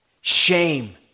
shame